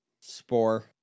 Spore